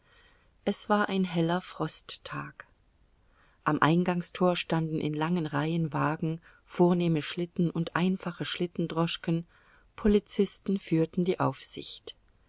es war ein heller frosttag am eingangstor standen in langen reihen wagen vornehme schlitten und einfache schlittendroschken polizisten führten die aufsicht